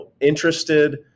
interested